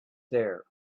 there